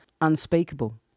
unspeakable